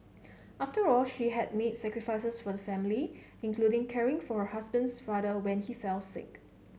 after all she had made sacrifices for the family including caring for her husband's father when he fell sick